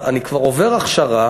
אני כבר עובר הכשרה.